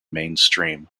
mainstream